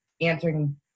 answering